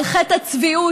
על חטא הצביעות,